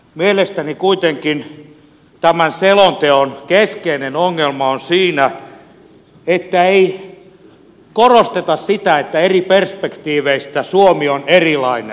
mielestäni kuitenkin tämän selonteon keskeinen ongelma on siinä että ei korosteta sitä että eri perspektiiveistä suomi on erilainen